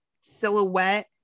silhouette